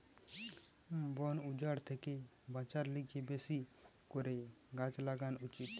বন উজাড় থেকে বাঁচার লিগে বেশি করে গাছ লাগান উচিত